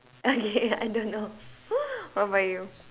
okay I don't know what about you